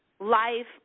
life